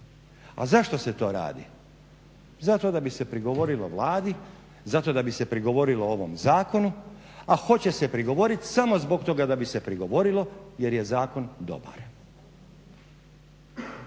A zašto se to radi? Zato da bi se prigovorilo Vladi zato da bi se prigovorilo ovom zakonu, a hoće se prigovoriti samo zbog toga da bi se prigovorilo jer je zakon dobar.